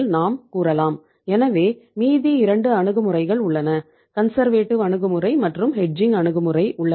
நம்மிடம் 3 அணுகுமுறைகள் உள்ளன அவை கன்சர்வேட்டிவ் அணுகுமுறை உள்ளது